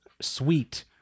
sweet